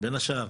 בין השאר.